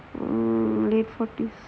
mmhmm late forty